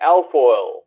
Alfoil